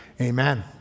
Amen